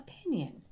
opinion